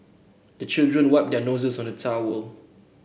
the children wipe their noses on the towel